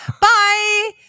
Bye